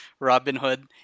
Robinhood